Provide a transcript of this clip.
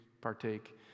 partake